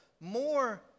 more